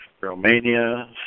Romania